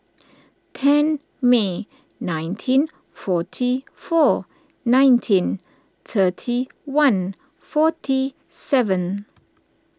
ten May nineteen forty four nineteen thirty one forty seven